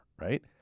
right